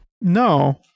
No